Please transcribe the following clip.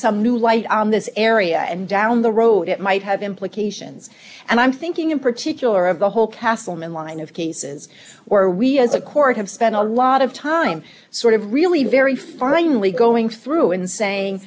some new light on this area and down the road it might have implications and i'm thinking in particular of the whole castleman line of cases where we as a court have spent a lot of time sort of really very finely going through and saying